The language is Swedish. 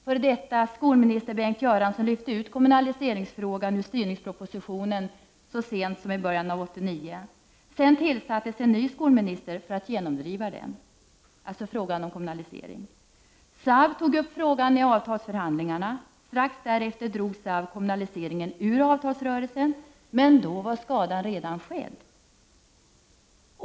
F.d. skolministern Bengt Göransson lyfte ut kommunaliseringsfrågan ur styrningspropositionen så sent som i början av 1989. Sedan utsågs en ny skolminister för att genomdriva frågan om kommunalisering. SAV tog upp frågan i avtalsförhandlingarna. Strax därefter drog SAV ut kommunaliseringen ur avtalsrörelsen. Men då var skadan redan skedd.